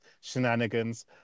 shenanigans